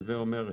הווה אומר,